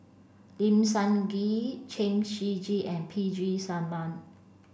Lim Sun Gee Chen Shiji and P G Selvam